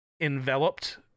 enveloped